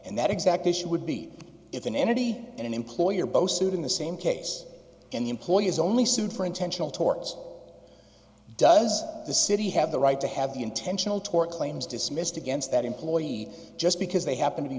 and that exact issue would be if an entity and employer both sued in the same case and the employee is only sued for intentional torts does the city have the right to have the intentional tort claims dismissed against that employee just because they happen to be